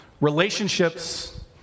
Relationships